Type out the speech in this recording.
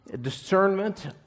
discernment